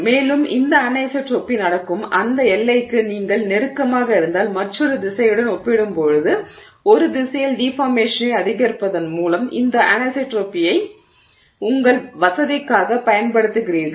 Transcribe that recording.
மேலும் இந்த அனிசோட்ரோபி நடக்கும் அந்த எல்லைக்கு நீங்கள் நெருக்கமாக இருந்தால் மற்றொரு திசையுடன் ஒப்பிடும்போது ஒரு திசையில் டிஃபார்மேஷனை அதிகரிப்பதன் மூலம் இந்த அனிசோட்ரோபியை உங்கள் வசதிக்காக பயன்படுத்துகிறீர்கள்